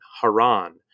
Haran